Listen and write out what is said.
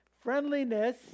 Friendliness